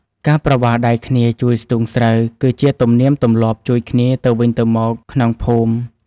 ការប្រវាស់ដៃគ្នាជួយស្ទូងស្រូវ គឺជាទំនៀមទម្លាប់ជួយគ្នាទៅវិញទៅមកក្នុងភូមិ។